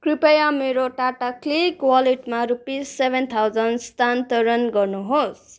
कृपया मेरो टाटा क्लिक वालेटमा रुपिज सेभेन थाउजन्ड स्थानान्तरण गर्नुहोस्